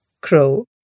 crow